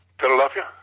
Philadelphia